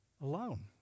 alone